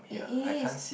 it is